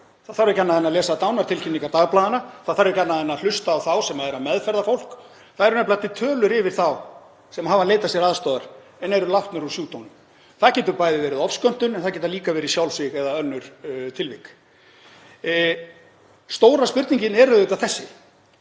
Það þarf ekki annað en að lesa dánartilkynningar dagblaðanna. Það þarf ekki annað en að hlusta á þá sem eru að meðferða fólk. Það eru nefnilega til tölur yfir þá sem hafa leitað sér aðstoðar en eru látnir úr sjúkdómnum. Það getur bæði verið ofskömmtun en það getur líka verið sjálfsvíg eða önnur tilvik. Stóra spurningin er auðvitað þessi: